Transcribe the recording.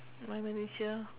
my manager